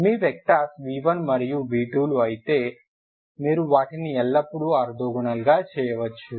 మీ vectors v1 మరియు v2 లు అయితే మీరు వాటిని ఎల్లప్పుడూ ఆర్తోగోనల్గా చేయవచ్చు